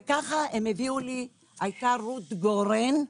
הייתה רות גורן,